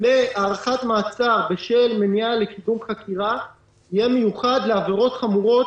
מהארכת מעצר בשל מניעה לקידום חקירה יהיה מיוחד לעבירות חמורות